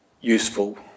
useful